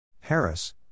Harris